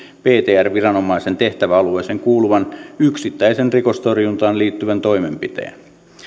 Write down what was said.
ptr viranomaisen tehtäväalueeseen kuuluvan yksittäisen rikostorjuntaan liittyvän toimenpiteen